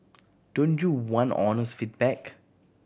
don't you want honest feedback